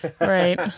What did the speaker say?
Right